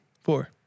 Four